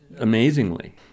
amazingly